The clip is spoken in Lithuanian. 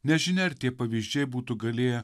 nežinia ar tie pavyzdžiai būtų galėję